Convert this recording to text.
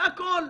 זה הכול.